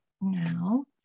now